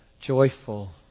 joyful